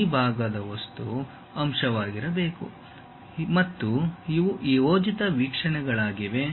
ಈ ಭಾಗವು ವಸ್ತು ಅಂಶವಾಗಿರಬೇಕು ಮತ್ತು ಇವು ಯೋಜಿತ ವೀಕ್ಷೆಣೆಗಳಾಗಿವೆ